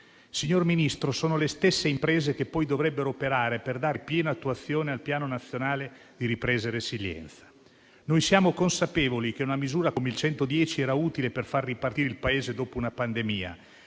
Signor Ministro, sono le stesse imprese che poi dovrebbero operare per dare piena attuazione al Piano nazionale di ripresa e resilienza. Siamo consapevoli che una misura come il 110 fosse utile per far ripartire il Paese dopo una pandemia,